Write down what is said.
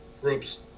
groups